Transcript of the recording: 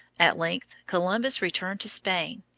at length columbus returned to spain,